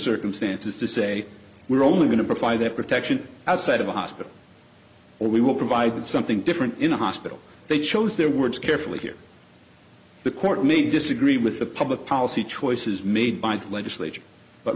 circumstances to say we're only going to provide that protection outside of a hospital or we will provide something different in a hospital they chose their words carefully here the court may disagree with the public policy choices made by the legislature but